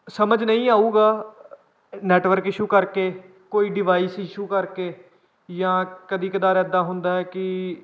ਸਮਝ ਨਹੀਂ ਆਊਗਾ ਨੈਟਵਰਕ ਇਸ਼ੂ ਕਰਕੇ ਕੋਈ ਡਿਵਾਈਸ ਇਸ਼ੂ ਕਰਕੇ ਜਾਂ ਕਦੇ ਕਦਾਰ ਇੱਦਾਂ ਹੁੰਦਾ ਹੈ ਕਿ